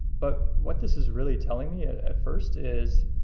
but what this is really telling me at at first is